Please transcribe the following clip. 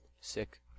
sick